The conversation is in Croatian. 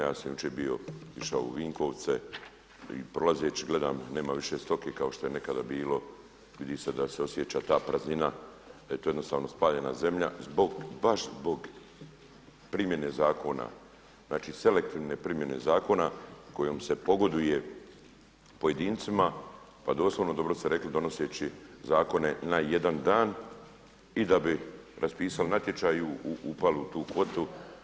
Ja sam jučer bio išao u Vinkovce i prolazeći gledam nema više stoke kao što je nekada bilo, vidi se da se osjeća ta praznina, da je to jednostavno spaljena zemlja baš zbog primjene zakona, znači selektivne primjene zakona kojom se pogoduje pojedincima pa doslovno, dobro ste rekli, donoseći zakone na jedan dan i da bi raspisali natječaj, upali u tu kvotu.